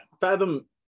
Fathom